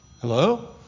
hello